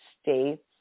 states